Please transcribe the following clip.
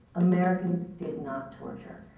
americans did not torture.